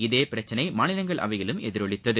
இதே பிரச்சினை மாநிலங்களவையிலம் எதிரொலித்தது